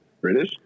British